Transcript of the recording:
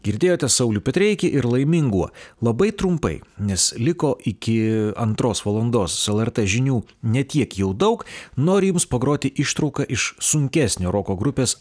girdėjote saulių petreikį ir laiminguo labai trumpai nes liko iki antros valandos lrt žinių ne tiek jau daug noriu jums pagroti ištrauką iš sunkesnio roko grupės